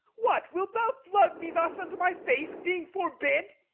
what, wilt thou flout me thus unto my face, being forbid?